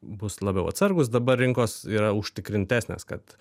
bus labiau atsargūs dabar rinkos yra užtikrintesnės kad